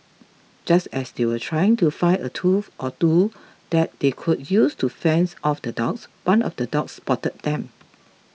just as they were trying to find a tool or two that they could use to fends off the dogs one of the dogs spotted them